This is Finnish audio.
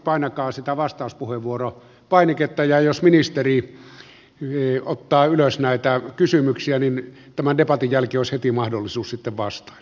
painakaa sitä vastauspuheenvuoro painiketta ja jos ministeri ottaa ylös näitä kysymyksiä niin tämän debatin jälkeen olisi heti mahdollisuus sitten vastailla